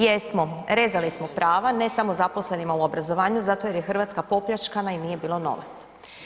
Jesmo, rezali smo prava ne samo zaposlenima u obrazovanju zato jer je Hrvatska popljačkana i nije bilo novaca.